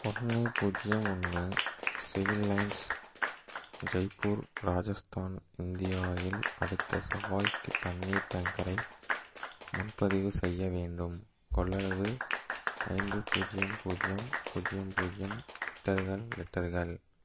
ஒன்று பூஜ்ஜியம் ஒன்று Civil Lines Jaipur Rajasthan India இல் அடுத்த செவ்வாய்க்கு தண்ணீர் டேங்கரை முன்பதிவு செய்ய வேண்டும் கொள்ளளவு ஐந்து பூஜ்ஜியம் பூஜ்ஜியம் பூஜ்ஜியம் பூஜ்ஜியம் லிட்டர்கள் லிட்டர்கள்